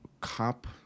cop